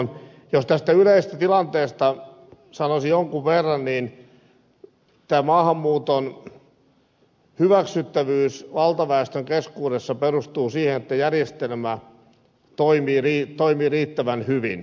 jos tästä yleisestä tilanteesta sanoisin jonkun verran niin tämän maahanmuuton hyväksyttävyys valtaväestön keskuudessa perustuu siihen että järjestelmä toimii riittävän hyvin